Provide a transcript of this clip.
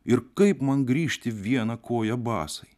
ir kaip man grįžti viena koja basai